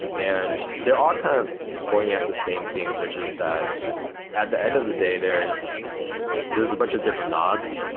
and they're all kind of going out the same thing, which is that at the end of the day, there's there's a bunch of different knobs,